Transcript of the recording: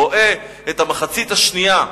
רואה את המחצית השנייה,